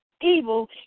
evil